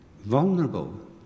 vulnerable